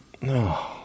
No